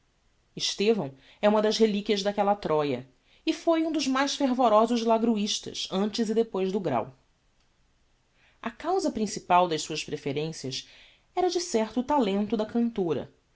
estevão é uma das relíquias daquella troya e foi um dos mais fervorosos lagruistas antes e depois do grão a causa principal das suas preferencias era de certo o talento da cantora